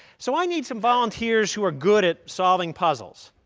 so i need some volunteers who are good at solving puzzles